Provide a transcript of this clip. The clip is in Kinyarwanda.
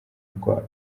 rwa